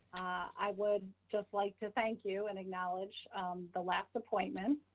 i would just like to thank you and acknowledge the last appointment.